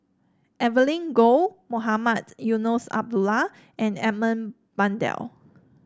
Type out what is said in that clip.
Evelyn Goh Mohamed Eunos Abdullah and Edmund Blundell